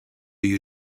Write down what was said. you